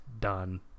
done